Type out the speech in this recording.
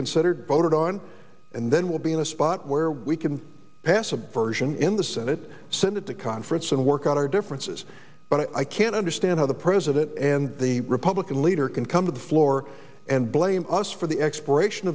considered voted on and then we'll be in a spot where we can pass a version in the senate said that the conference and work out our differences but i can't understand how the president and the republican leader can come to the floor and blame us for the expiration